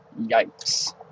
Yikes